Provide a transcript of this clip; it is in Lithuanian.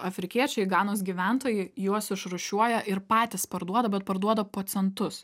afrikiečiai ganos gyventojai juos išrūšiuoja ir patys parduoda bet parduoda po centus